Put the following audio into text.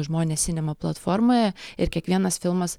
žmonės sinema platformoje ir kiekvienas filmas